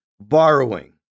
borrowing